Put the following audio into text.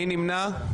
מי נמנע?